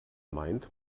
meint